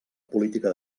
política